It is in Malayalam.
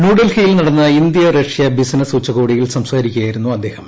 ന്യൂഡൽഹിയിൽ നടന്ന ഇന്തൃ റഷ്യ ബിസിനസ് ഉച്ചകോടിയിൽ സംസാരിക്കുകയായിരുന്നു അദ്ദേഹം